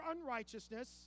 unrighteousness